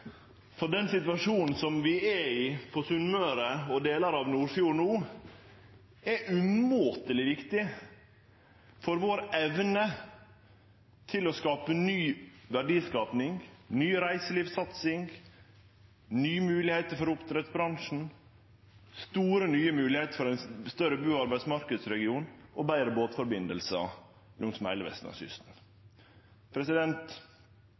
Den situasjonen vi er i på Sunnmøre og i delar av Nordfjord no, er umåteleg viktig for vår evne til å skape ny verdiskaping, nye reiselivssatsingar, nye moglegheiter for oppdrettsbransjen, store, nye moglegheiter for ein større bu- og arbeidsmarknadsregion og betre båtsamband langs heile